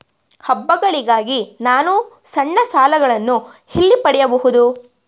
ಹಬ್ಬಗಳಿಗಾಗಿ ನಾನು ಸಣ್ಣ ಸಾಲಗಳನ್ನು ಎಲ್ಲಿ ಪಡೆಯಬಹುದು?